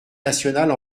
nationale